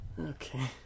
Okay